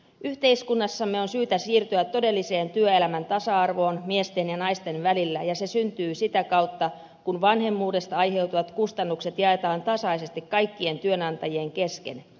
yhteiskunnassamme on syytä siirtyä todelliseen työelämän tasa arvoon miesten ja naisten välillä ja se syntyy sitä kautta kun vanhemmuudesta aiheutuvat kustannukset jaetaan tasaisesti kaikkien työnantajien kesken